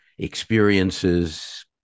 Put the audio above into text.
experiences